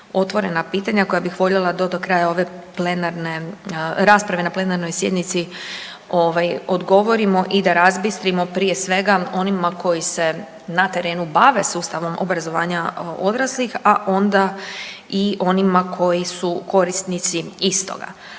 otvorena pitanja koja bih voljela da do kraja ove plenarne, rasprave na plenarnoj sjednici ovaj odgovorimo i da razbistrimo prije svega onima koji se na terenu bave sustavom obrazovanja odraslih, a onda i onima koji su korisnici istoga.